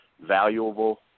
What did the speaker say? valuable